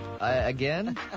Again